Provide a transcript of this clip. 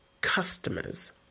customers